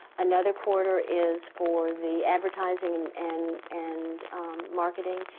another quarter is for the advertising and and and marketing,